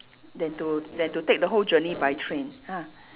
then to then to take the whole journey by train ah